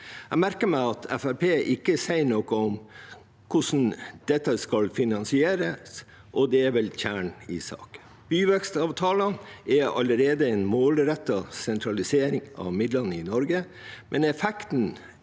Jeg merker meg at Fremskrittspartiet ikke sier noe om hvordan dette skal finansieres, og det er vel kjernen i saken. Byvekstavtalene er allerede en målrettet sentralisering av midlene i Norge, men effekten